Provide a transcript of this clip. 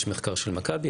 יש מחקר של מכבי,